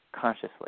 consciously